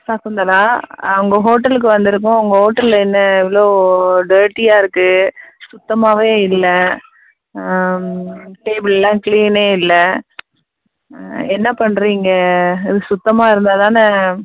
சகுந்தலா உங்கள் ஹோட்டலுக்கு வந்திருக்கோம் உங்கள் ஹோட்டலில் என்ன இவ்வளோ டர்ட்டியாக இருக்குது சுத்தமாகவே இல்லை டேபிள்லாம் க்ளினா இல்லை என்ன பண்ணுறீங்க இது சுத்தமாக இருந்தால் தானே